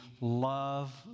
love